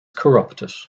corrupted